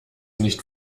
nicht